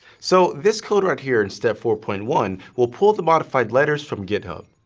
so this code right here in step four point one will pull the modified letters from github.